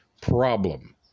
problem